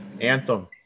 Anthem